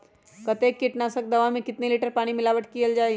कतेक किटनाशक दवा मे कितनी लिटर पानी मिलावट किअल जाई?